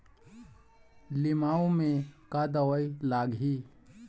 लिमाऊ मे का दवई लागिही?